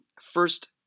first